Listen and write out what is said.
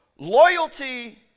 Loyalty